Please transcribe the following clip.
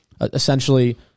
essentially